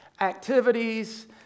activities